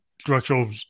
structural